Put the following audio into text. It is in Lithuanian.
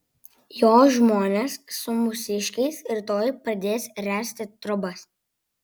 jo žmonės su mūsiškiais rytoj pradės ręsti trobas